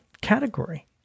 category